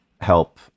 help